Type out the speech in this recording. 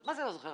מה זה לא זוכר?